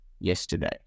yesterday